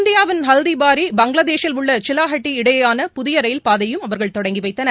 India வின் ஹல்திபாரி பங்ளாதேஷில் உள்ள சிலாஹெட்டி இடையேயான புதிய ரயில் பாதையையும் அவர்கள் தொடங்கி வைத்தனர்